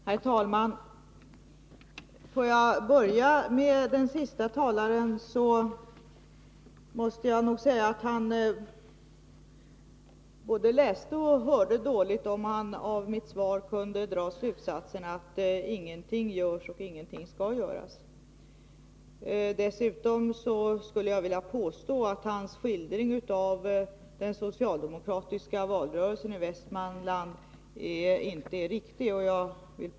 Herr talman! För att börja med den senaste talaren vill jag säga att han både läste och hörde dåligt, om han av mitt svar kunde dra slutsatsen att ingenting görs och ingenting skall göras. Dessutom skulle jag vilja påstå att hans skildring av den socialdemokratiska valrörelsen i Västmanland inte är riktig.